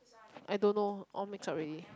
I don't know all mixed up already